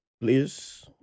please